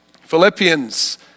Philippians